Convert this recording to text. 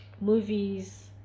movies